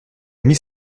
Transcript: mis